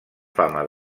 fama